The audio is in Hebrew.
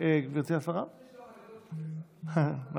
ברור.